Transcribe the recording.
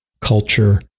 culture